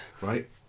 Right